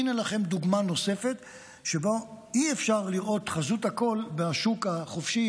הינה לכם דוגמה נוספת שבה אי-אפשר לראות את חזות הכול בשוק החופשי,